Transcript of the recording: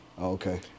Okay